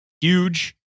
huge